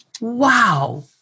Wow